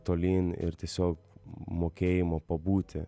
tolyn ir tiesiog mokėjimo pabūti